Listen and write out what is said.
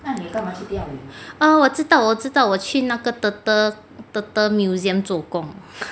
啊我知道我知道我去那个做工